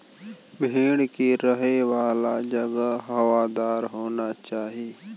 भेड़ के रहे वाला जगह हवादार होना चाही